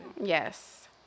Yes